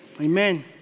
amen